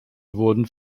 wurden